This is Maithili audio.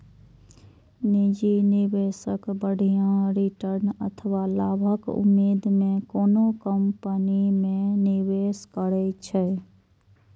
निजी निवेशक बढ़िया रिटर्न अथवा लाभक उम्मीद मे कोनो कंपनी मे निवेश करै छै